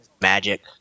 magic